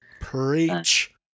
Preach